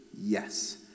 yes